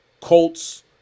Colts